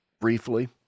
briefly